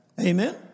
Amen